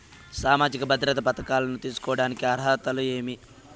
సామాజిక భద్రత పథకాలను తీసుకోడానికి అర్హతలు ఏమి?